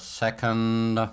second